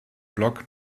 block